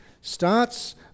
starts